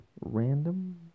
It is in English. random